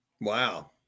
Wow